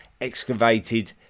excavated